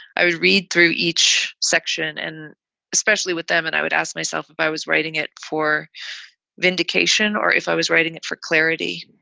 i would read through each section and especially with them, and i would ask myself if i was writing it for vindication or if i was writing it for clarity.